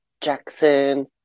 Jackson